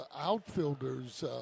outfielders